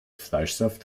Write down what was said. fleischsaft